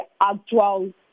actual